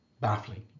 baffling